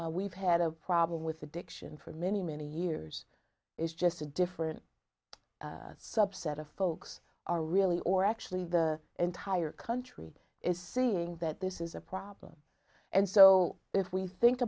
we've had a problem with addiction for many many years it's just a different subset of folks are really or actually the entire country is seeing that this is a problem and so if we think